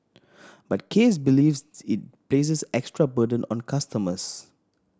but Case believes it places extra burden on customers